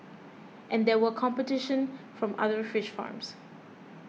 and there was competition from other fish farms